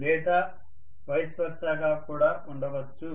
లేదా vice versa గా కూడా ఉండొచ్చు